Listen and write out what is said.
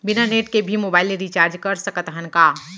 बिना नेट के भी मोबाइल ले रिचार्ज कर सकत हन का?